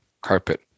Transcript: carpet